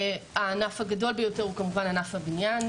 הענף הגדול ביותר הוא כמובן ענף הבניין,